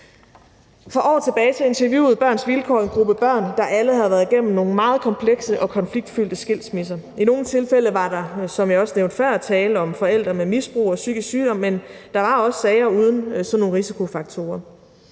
For år tilbage interviewede Børns Vilkår en gruppe børn, der alle havde været igennem nogle meget komplekse og konfliktfyldte skilsmisser. I nogle tilfælde var der, som jeg også nævnte før, tale om forældre med misbrug og psykisk sygdom, men der var også sager uden sådan nogle risikofaktorer.